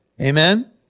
Amen